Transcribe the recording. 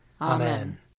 Amen